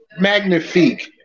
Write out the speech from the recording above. Magnifique